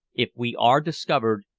if we are discovered,